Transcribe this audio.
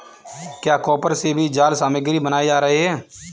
क्या कॉपर से भी जाल सामग्री बनाए जा रहे हैं?